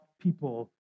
people